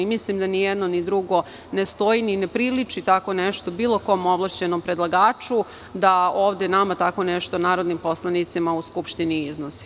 Mislim da ni jedno ni drugo ne stoji i ne priliči tako nešto bilo kom ovlašćenom predlagaču da ovde nama tako nešto, narodnim poslanicima u Skupštini, iznosi.